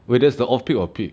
wait that's the off peak or peak